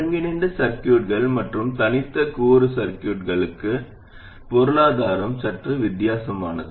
ஒருங்கிணைந்த சர்கியூட்கள் மற்றும் தனித்த கூறு சர்கியூட்களுக்கு பொருளாதாரம் சற்று வித்தியாசமானது